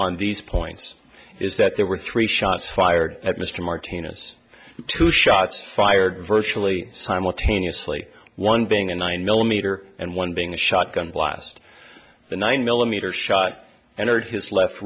on these points is that there were three shots fired at mr martinez two shots fired virtually simultaneously one being a nine millimeter and one being a shotgun blast the nine millimeter shot